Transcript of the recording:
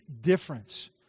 difference